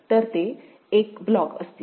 तर ते एक ब्लॉक असतील